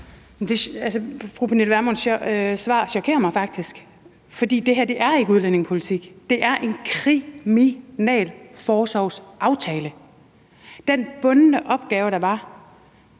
Fru Pernille Vermunds svar chokerer mig faktisk, for det her er ikke udlændingepolitik, det er en kriminalforsorgsaftale. Den bundne opgave, der var,